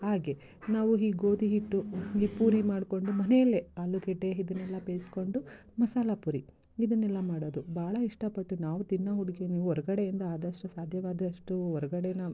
ಹಾಗೆ ನಾವು ಈ ಗೋಧಿಹಿಟ್ಟು ಈ ಪೂರಿ ಮಾಡಿಕೊಂಡು ಮನೆಯಲ್ಲೇ ಆಲುಗಡ್ಡೆ ಇದನ್ನೆಲ್ಲ ಬೇಯಿಸ್ಕೊಂಡು ಮಸಾಲೆಪುರಿ ಇದನ್ನೆಲ್ಲ ಮಾಡೋದು ಭಾಳ ಇಷ್ಟಪಟ್ಟು ನಾವು ತಿನ್ನೋ ಅಡ್ಗೆ ನೀವು ಹೊರ್ಗಡೆಯಿಂದ ಆದಷ್ಟು ಸಾಧ್ಯವಾದಷ್ಟು ಹೊರ್ಗಡೆನಾ